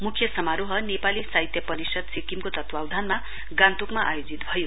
मुख्य समारोह नेपाली साहित्य परिषद सिक्किमको तत्वावधानमा गान्तोकमा आयोजित भयो